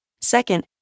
Second